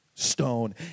Stone